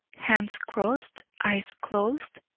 hands crossed, eyes closed,